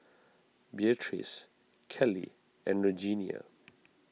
Beatrice Kelly and Regenia